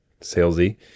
salesy